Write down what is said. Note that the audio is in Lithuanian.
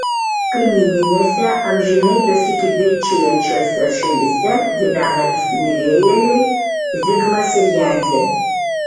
kaimyninėse amžinai besikivirčijančiose šalyse gyvena įsimylėjėliai zigmas ir jadzė